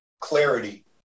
clarity